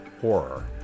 horror